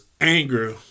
anger